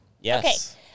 Yes